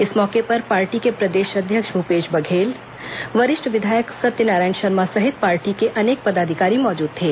इस मौके पर पार्टी के प्रदेश अध्यक्ष भूपेश बघेल वरिष्ठ विधायक सत्यनारायण शर्मा सहित पार्टी के अनेक पदाधिकारी मौजूद थे